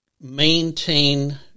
maintain